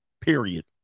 period